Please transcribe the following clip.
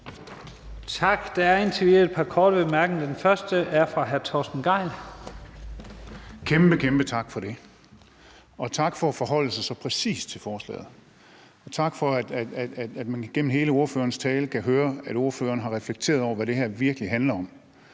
Tak. Der er en kort bemærkning fra hr. Torsten Gejl. Kl. 16:04 Torsten Gejl (ALT): En kæmpe, kæmpe tak for det, og tak for at forholde sig så præcist til forslaget. Tak for, at man igennem hele ordførerens tale kan høre, at ordføreren har reflekteret over, hvad det her virkelig handler om.